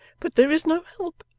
but there is no help.